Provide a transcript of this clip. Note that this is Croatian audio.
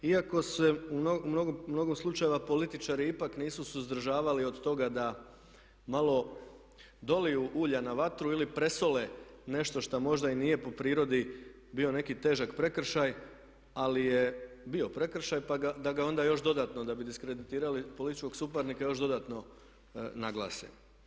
Iako se u mnogo slučajeva političari ipak nisu suzdržavali od toga da malo doliju ulja na vatru ili presole nešto šta možda i nije po prirodi bio neki težak prekršaj ali je bio prekršaj, pa da ga onda još dodatno da bi diskreditirali političkog suparnika još dodatno naglase.